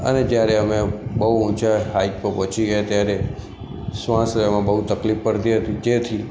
અને જયારે અમે બહુ ઊંચા હાઈટ પર પહોંચી ગયા ત્યારે શ્વાસ લેવામાં બહુ તકલીફ પડતી હતી જેથી